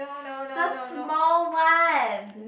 so small one